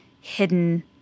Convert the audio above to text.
hidden